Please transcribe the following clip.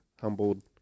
humbled